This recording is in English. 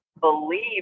believe